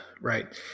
right